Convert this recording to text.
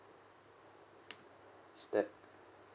is that